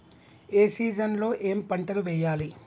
ఏ season లో ఏం పంటలు వెయ్యాలి?